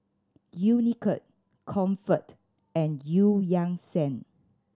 Unicurd Comfort and Eu Yan Sang